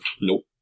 Nope